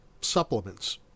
supplements